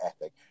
Ethic